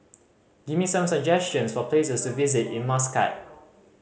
give me some suggestions for places to visit in Muscat